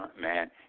man